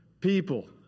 People